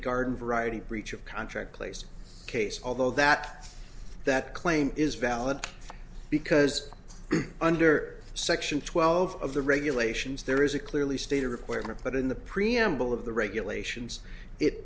garden variety breach of contract place case although that that claim is valid because under section twelve of the regulations there is a clearly stated requirement but in the preamble of the regulations it